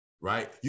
right